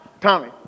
Tommy